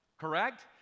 Correct